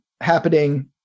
happening